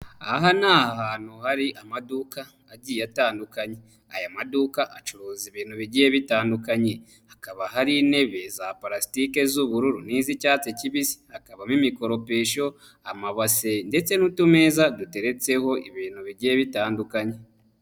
Aha ni hantu hari amaduka agiye atandukanye, aya maduka acuruza ibintu bigiye bitandukanye, hakaba hari intebe za parasitike z'ubururu n'iz'icyatsi kibisi, hakabamo imikoropesho, amabase ndetse n'utumeza duteretseho ibintu bigiye bitandukanye.